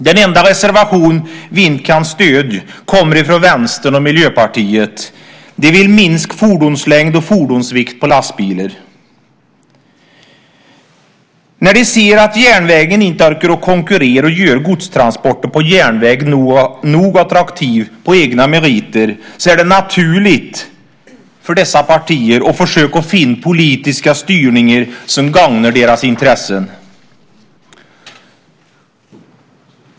Den enda reservation vi inte kan stödja kommer från Vänstern och Miljöpartiet. De vill minska fordonslängd och fordonsvikt på lastbilar. När de ser att järnvägen inte orkar konkurrera och göra godstransporter på järnväg nog attraktiva på egna meriter är det naturligt för dessa partier att försöka finna politiska styrningar som gagnar deras intressen.